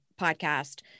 podcast